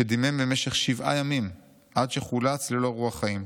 שדימם במשך שבעה ימים עד שחולץ ללא רוח חיים,